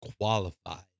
qualified